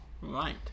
Right